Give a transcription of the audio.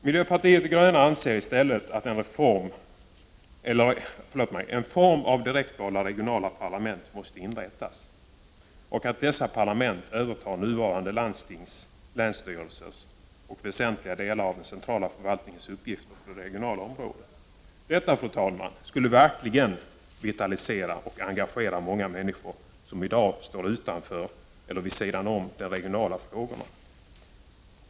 Miljöpartiet de gröna anser att en form av direktvalda regionala parlament måste inrättas och att dessa parlament skall överta nuvarande landstings och länsstyrelses uppgifter — och väsentliga delar av den centrala förvaltningens uppgifter på det regionala området. Detta, fru talman, skulle verkligen engagera och vitalisera många människor som i dag står utanför eller vid sidan om de regionala frågorna.